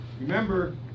Remember